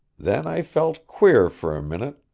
then i felt queer for a minute,